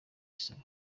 salon